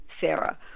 Sarah